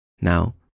Now